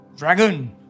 Dragon